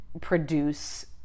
produce